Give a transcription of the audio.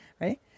Right